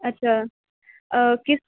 اچھا کس